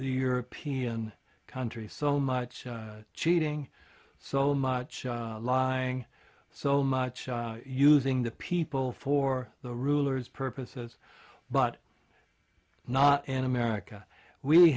european countries so much cheating so much lying so much using the people for the rulers purposes but not in america we